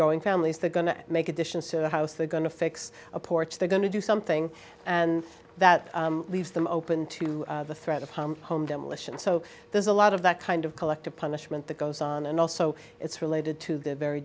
going families they're going to make additions to the house they're going to fix a porch they're going to do something and that leaves them open to the threat of home demolition so there's a lot of that kind of collective punishment that goes on and also it's related to the very